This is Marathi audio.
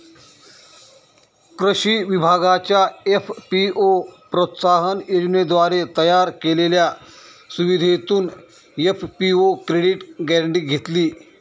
कृषी विभागाच्या एफ.पी.ओ प्रोत्साहन योजनेद्वारे तयार केलेल्या सुविधेतून एफ.पी.ओ क्रेडिट गॅरेंटी घेतली